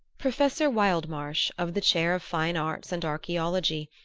professor wildmarsh, of the chair of fine arts and archaeology,